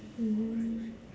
mm